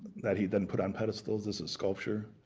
that he then put on pedestals as a sculpture.